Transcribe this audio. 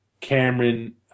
Cameron